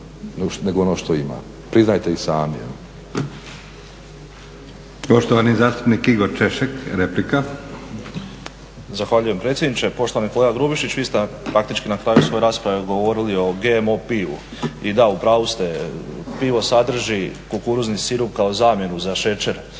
nego ono što ima, priznajte i sami.